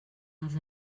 els